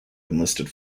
enlisted